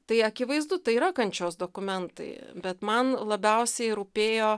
tai akivaizdu tai yra kančios dokumentai bet man labiausiai rūpėjo